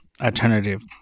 alternative